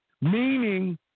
meaning